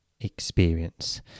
experience